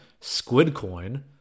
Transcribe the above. Squidcoin